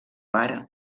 pare